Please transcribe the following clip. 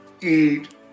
eat